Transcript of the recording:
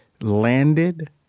landed